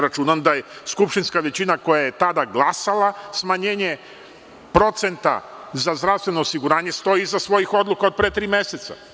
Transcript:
Računam da skupštinska većina koja je tada glasala smanjenje procenta za zdravstveno osiguranje stoji iza svojih odluka od pre tri meseca.